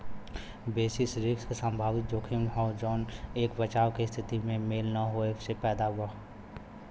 basis risk संभावित जोखिम हौ जौन एक बचाव के स्थिति में मेल न होये से पैदा होला